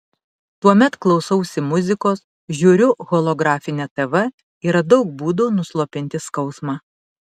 tuomet klausausi muzikos žiūriu holografinę tv yra daug būdų nuslopinti skausmą